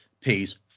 pays